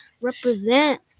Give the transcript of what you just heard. represent